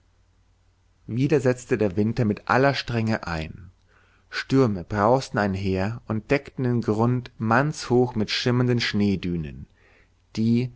wieder setzte der winter mit aller strenge ein stürme brausten einher und deckten den grund mannshoch mit schimmernden schneedünen die